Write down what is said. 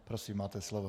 Prosím, máte slovo.